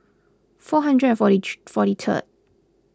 four hundred and forty three forty third